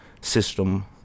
system